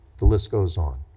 the list goes on.